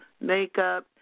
makeup